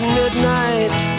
midnight